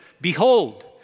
behold